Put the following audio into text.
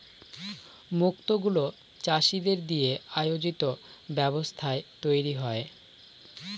মুক্ত গুলো চাষীদের দিয়ে আয়োজিত ব্যবস্থায় তৈরী হয়